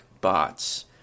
bots